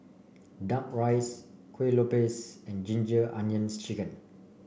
duck rice Kue Lupis and Ginger Onions chicken